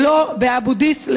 ולא באבו דיס,